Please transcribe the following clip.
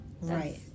Right